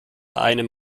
einem